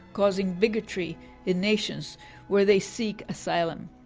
causing bigotry in nations where they seek asylum.